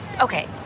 Okay